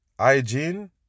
Hygiene